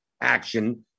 action